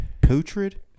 Putrid